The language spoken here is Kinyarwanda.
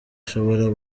ashobora